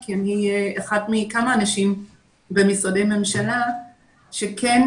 כי אני אחד מכמה אנשים במשרדי ממשלה שכן